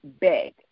big